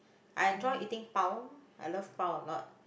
I enjoy eating pau I love pau a lot